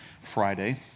Friday